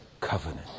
covenant